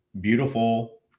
beautiful